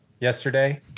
yesterday